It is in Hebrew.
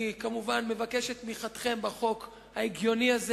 אני כמובן מבקש את תמיכתכם בחוק ההגיוני הזה.